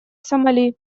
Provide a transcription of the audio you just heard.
сомали